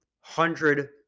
hundred